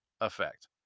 effect